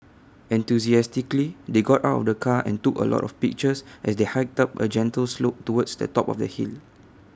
enthusiastically they got out of the car and took A lot of pictures as they hiked up A gentle slope towards the top of the hill